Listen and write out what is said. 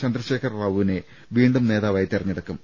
ചന്ദ്രശേഖരറാവുവിനെ വീണ്ടും നേതാവായി തെരഞ്ഞെടുക്കും